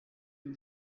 une